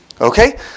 okay